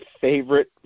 favorite